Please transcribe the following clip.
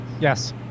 Yes